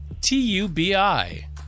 T-U-B-I